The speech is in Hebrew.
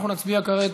אנחנו נצביע כעת